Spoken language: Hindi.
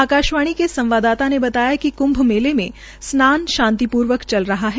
आकाशवाणी के संवाददाता ने बताया कि कृंभ मेले में स्नान शांतिपूर्वक चल रहा है